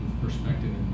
perspective